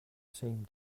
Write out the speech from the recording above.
seemed